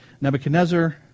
Nebuchadnezzar